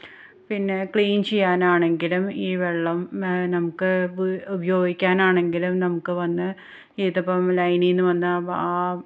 പിന്നെ ക്ലീൻ ചെയ്യാനാണെങ്കിലും ഈ വെള്ളം മെ നമുക്ക് വ് ഉപയോഗിക്കാൻ ആണെങ്കിലും നമുക്ക് വന്ന് ഇതിപ്പം ലൈനിൽ നിന്നു വന്ന് ആ